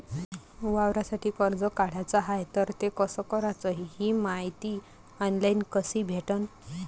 वावरासाठी कर्ज काढाचं हाय तर ते कस कराच ही मायती ऑनलाईन कसी भेटन?